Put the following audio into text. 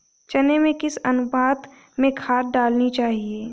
चने में किस अनुपात में खाद डालनी चाहिए?